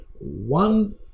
one